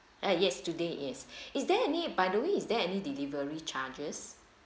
uh yes today yes is there any by the way is there any delivery charges